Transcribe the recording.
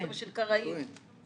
של קראים,